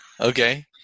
Okay